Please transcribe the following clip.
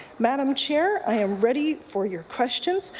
madam chair, i am ready for your questions.